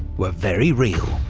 were very real.